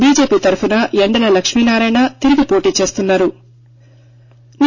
BJP తరఫున యెండల లక్ష్మీ నారాయణ తిరిగి పోటీ చేస్తున్నా రు